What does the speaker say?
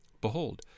Behold